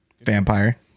Vampire